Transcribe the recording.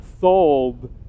sold